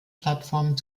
plattformen